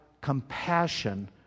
compassion